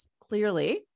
clearly